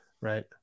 Right